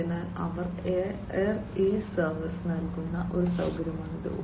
അതിനാൽ അവർ air a service നൽകുന്ന ഒരു സൌകര്യമാണിത്